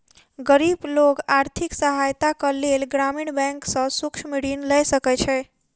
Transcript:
गरीब लोक आर्थिक सहायताक लेल ग्रामीण बैंक सॅ सूक्ष्म ऋण लय सकै छै